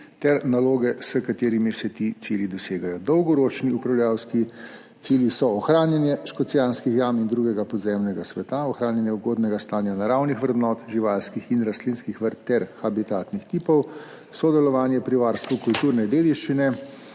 ter naloge, s katerimi se ti cilji dosegajo. Dolgoročni upravljavski cilji so ohranjanje Škocjanskih jam in drugega podzemnega sveta, ohranjanje ugodnega stanja naravnih vrednot, živalskih in rastlinskih vrst ter habitatnih tipov, sodelovanje pri varstvu kulturne dediščine,